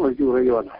lazdijų rajono